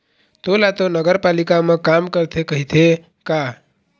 तोला तो नगरपालिका म काम करथे कहिथे का?